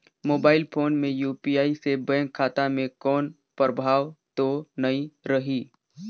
Mobile phone मे UPI से bank खाता मे कोनो प्रभाव तो नइ रही?